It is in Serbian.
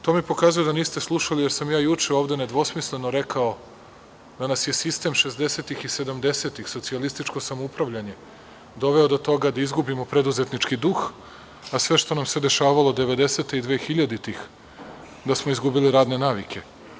To mi pokazuje da nisu slušali, jer sam ja juče ovde nedvosmisleno rekao da nas je sistem 60-ih i 70-ih, socijalističko samoupravljanje, dovelo do toga da izgubimo preduzetnički duh, a sve što nam se dešavalo 90-e i dvehiljaditih da smo izgubili radne navike.